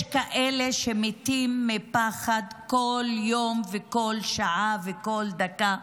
יש כאלה בחברה שלי שמתים מפחד כל יום וכל שעה וכל דקה.